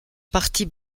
partie